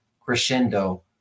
crescendo